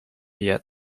yet